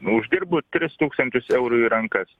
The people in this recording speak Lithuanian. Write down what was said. uždirbu tris tūkstančius eurų į rankas